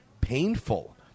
painful